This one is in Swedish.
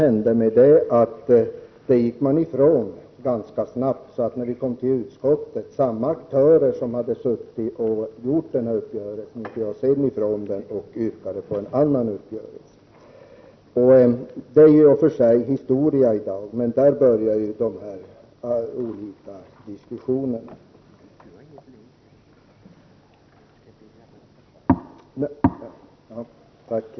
Men den överenskommelsen gick man ganska snabbt ifrån. I utskottet övergavs den av de aktörer som hade åstadkommit uppgörelsen, och de yrkade på en annan uppgörelse. Detta är i och för sig historia i dag, men det var då som de här olika diskussionerna började.